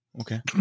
okay